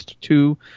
two